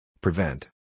Prevent